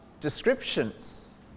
descriptions